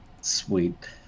Sweet